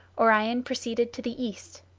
orion proceeded to the east,